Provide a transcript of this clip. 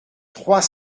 trois